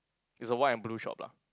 is a white and blue shop lah